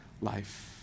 life